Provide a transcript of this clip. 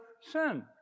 sin